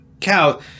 cow